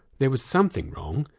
there was something wrong,